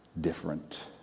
different